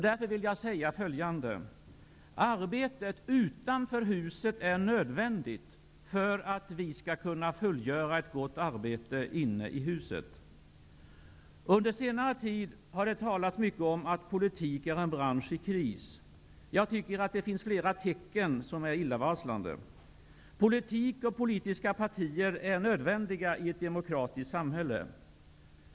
Därför är arbetet utanför huset nödvändigt för att vi skall kunna fullgöra ett gott arbete inne i huset. Under senare tid har det talats mycket om att politik är en bransch i kris. Jag tycker att det finns flera tecken som är illavarslande. Politik och politiska partier är nödvändiga i ett demokratiskt samhälle.